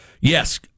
yes